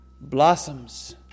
blossoms